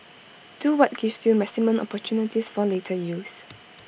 do what gives you maximum opportunities for later use